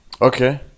Okay